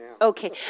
Okay